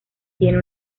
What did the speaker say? tiene